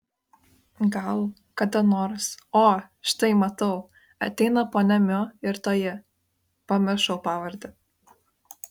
gal kada nors o štai matau ateina ponia miu ir toji pamiršau pavardę